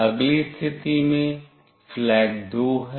अगली स्थिति में flag 2 है